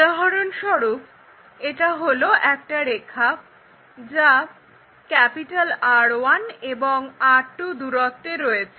উদাহরণস্বরূপ এটা হলো একটা রেখা যা R1 এবং R2 দূরত্বে রয়েছে